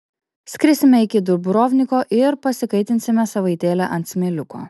skrisime iki dubrovniko ir pasikaitinsime savaitėlę ant smėliuko